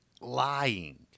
Lying